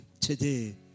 today